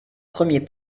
premier